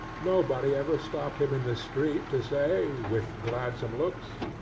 nobody ever stopped him in the street to say, with gladsome looks,